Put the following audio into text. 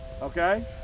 okay